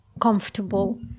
comfortable